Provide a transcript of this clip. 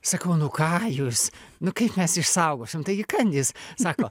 sakau nu ką jūs nu kaip mes išsaugosim taigi kandys sako